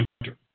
winter